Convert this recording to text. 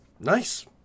Nice